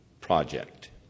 project